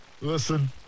Listen